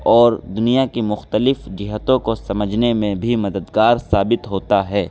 اور دنیا کی مختلف جہتوں کو سمجھنے میں بھی مددگار ثابت ہوتا ہے